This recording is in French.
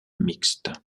mixte